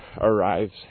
arrives